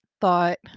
thought